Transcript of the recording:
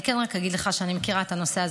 אני כן אגיד לך שאני מכירה את הנושא הזה